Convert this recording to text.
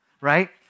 right